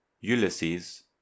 Ulysses